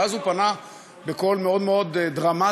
ואז הוא פנה בקול מאוד מאוד דרמטי